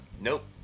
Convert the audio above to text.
Nope